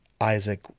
Isaac